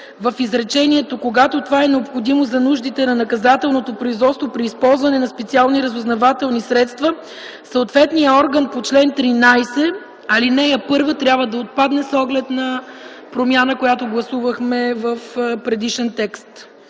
в изречението: Когато това е необходимо за нуждите на наказателното производство, при използване на специални разузнавателни средства съответният орган” - текстът „по чл. 13, ал. 1” трябва да отпадне с оглед на промяна, която гласувахме в предишен текст.